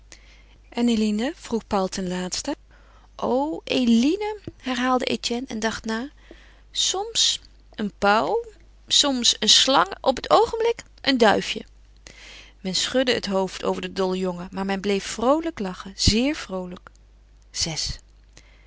en eline vroeg paul ten laatste o eline herhaalde etienne en dacht na soms een pauw soms een slang op het oogenblik een duifje men schudde het hoofd over den dollen jongen maar men bleef vroolijk lachen zeer vroolijk vi